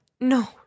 no